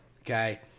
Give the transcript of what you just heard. Okay